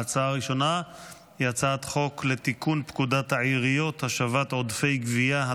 ההצעה הראשונה היא הצעת חוק לתיקון פקודת העיריות (השבת עודפי גבייה),